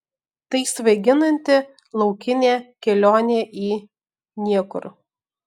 tai svaiginanti laukinė kelionė į niekur